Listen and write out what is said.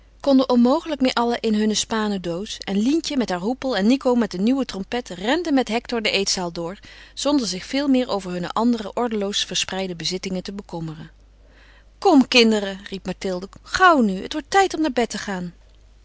konden onmogelijk meer allen in hunne spanen doos en lientje met haar hoepel en nico met een nieuwe trompet renden met hector de eetzaal door zonder zich veel meer over hunne andere ordeloos verspreide bezittingen te bekommeren kom kinderen riep mathilde gauw nu het wordt tijd om naar bed te gaan